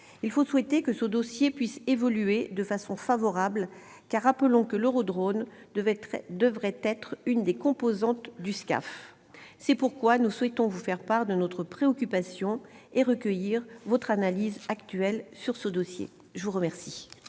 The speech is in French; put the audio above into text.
Il faut souhaiter que ce dossier puisse évoluer favorablement, car, rappelons-le, l'Eurodrone doit être l'une des composantes du SCAF. C'est pourquoi nous souhaitons vous faire part de notre préoccupation et recueillir votre analyse actuelle sur le sujet. » La parole